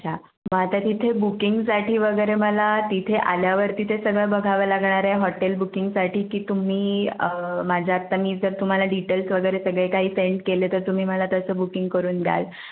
अच्छा मग आता तिथे बुकिंगसाठी वगैरे मला तिथे आल्यावरती ते सगळं बघावं लागणार आहे हॉटेल बुकिंगसाठी की तुम्ही माझ्या आत्ता मी जर तुम्हाला डिटेल्स वगैरे सगळे काही सेंड केले तर तुम्ही मला तसं बुकिंग करून द्याल